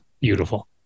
beautiful